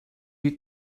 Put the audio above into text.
you